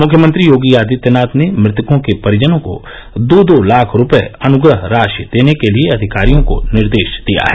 मुख्यमंत्री योगी आदित्यनाथ ने मृतकों के परिजनों को दो दो लाख रूपये अनुग्रह राशि देने के लिए अधिकारियों को निर्देश दिया है